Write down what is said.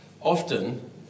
often